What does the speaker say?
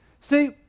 See